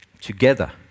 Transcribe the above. together